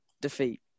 defeat